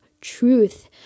truth